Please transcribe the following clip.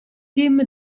team